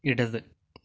ഇടത്